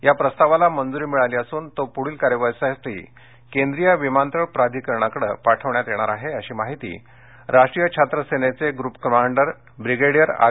या प्रस्तावाला राज्य शासनानं मंजुरी दिली असून तो पुढील कार्यवाहीसाठी केंद्रीय विमानतळ प्राधिकरणाकडे पाठविण्यात आला आहे अशी माहिती राष्ट्रीय छात्र सेनेचे ग्रुप कमांडर ब्रिगेडियर आर